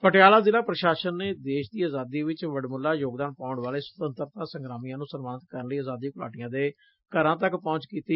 ਪਟਿਆਲਾ ਜ਼ਿਲ੍ਹਾ ਪ੍ਰਸ਼ਾਸਨ ਨੇ ਦੇਸ਼ ਦੀ ਆਜ਼ਾਦੀ ਵਿੱਚ ਵਡਮੁੱਲਾ ਯੋਗਦਾਨ ਪਾਉਣ ਵਾਲੇ ਸੁਤੰਤਰਤਾ ਸੰਗਰਾਮੀਆਂ ਨ੍ਰੰ ਸਨਮਾਨਤ ਕਰਨ ਲਈ ਆਂਜ਼ਾਦੀ ਘੁਲਾਟੀਆਂ ਦੇ ਘਰਾਂ ਤੱਕ ਪਹੁੰਚ ਕੀਤੀ